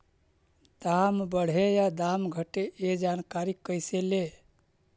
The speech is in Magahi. दाम बढ़े या दाम घटे ए जानकारी कैसे ले?